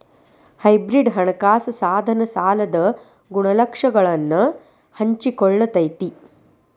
hybrid ಹಣಕಾಸ ಸಾಧನ ಸಾಲದ ಗುಣಲಕ್ಷಣಗಳನ್ನ ಹಂಚಿಕೊಳ್ಳತೈತಿ